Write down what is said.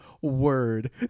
word